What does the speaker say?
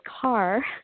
car